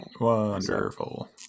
Wonderful